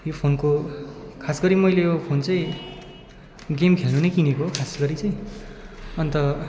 यो फोनको खास गरी मैले यो फोन चाहिँ गेम खेल्नु नै किनेको हो खास गरी चाहिँ अन्त